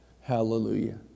Hallelujah